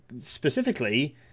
specifically